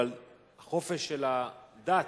אבל החופש של הדת,